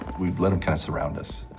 we'd let them kind of surround us.